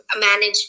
manage